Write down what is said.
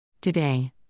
Today